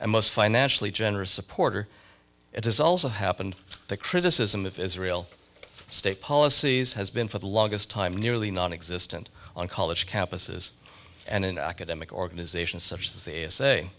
and most financially generous supporter it has also happened the criticism of israel state policies has been for the longest time nearly nonexistent on college campuses and in academic organisations such as